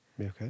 Okay